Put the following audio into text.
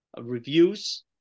reviews